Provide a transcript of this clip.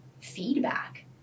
feedback